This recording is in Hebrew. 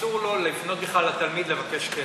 אסור לו לפנות בכלל לתלמיד לבקש כסף.